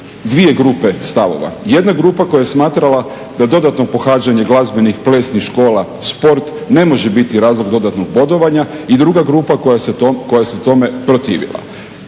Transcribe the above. dvije grupe stavova. Jedna grupa koja je smatrala da dodatno pohađanje glazbenih, plesnih škola, sport ne može biti razlog dodatnog bodovanja. I druga grupa koja se tome protivila.